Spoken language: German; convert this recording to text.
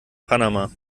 panama